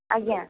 ଆଜ୍ଞା